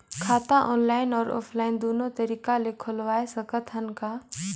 खाता ऑनलाइन अउ ऑफलाइन दुनो तरीका ले खोलवाय सकत हन का?